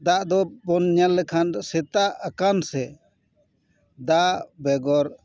ᱫᱟᱜ ᱫᱚᱵᱚᱱ ᱧᱮᱞ ᱞᱮᱠᱷᱟᱱ ᱥᱮᱛᱟᱜ ᱟᱠᱟᱱ ᱥᱮ ᱫᱟᱜ ᱵᱮᱜᱚᱨ